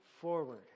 forward